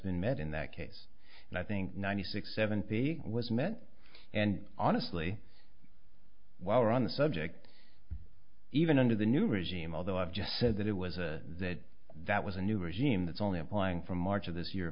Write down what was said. been met in that case and i think ninety six seventy was met and honestly while we're on the subject even under the new regime although i've just said that it was a that that was a new regime that's only applying from march of this year